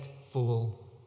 fool